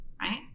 right